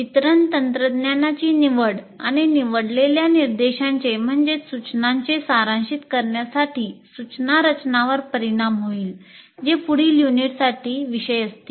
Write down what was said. वितरण तंत्रज्ञानाची निवड आणि निवडलेल्या निर्देशांचे सारांशित करण्यासाठी सूचना रचनावर परिणाम होईल जे पुढील युनिटसाठी विषय असतील